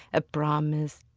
a promise,